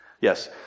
Yes